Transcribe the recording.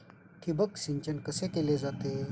ठिबक सिंचन कसे केले जाते?